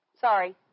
Sorry